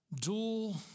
dual